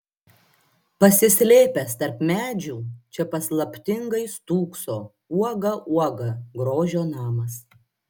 pasislėpęs tarp medžių čia paslaptingai stūkso uoga uoga grožio namas